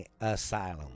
Asylum